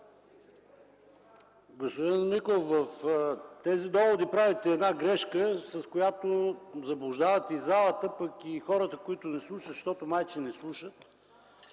Господин Миков, в тези доводи правите една грешка, с която заблуждавате и залата, пък и хората, които ни слушат, защото май че ни слушат.